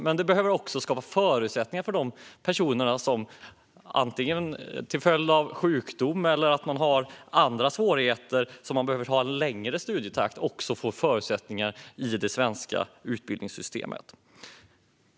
Men man behöver också skapa förutsättningar för de personer som till följd av antingen sjukdom eller andra svårigheter behöver ha en lägre studietakt. De behöver också få förutsättningar i det svenska utbildningssystemet.